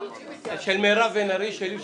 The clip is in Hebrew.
גם של מירב בן ארי.